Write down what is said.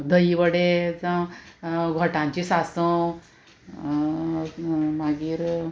दही वडे जावं घोटांचे सासंव मागीर